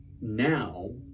now